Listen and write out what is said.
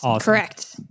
Correct